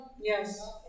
yes